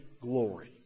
glory